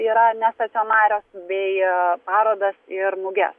yra nestacionarios bei parodas ir muges